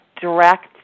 direct